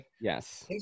Yes